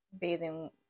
bathing